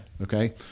Okay